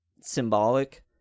symbolic